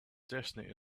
destiny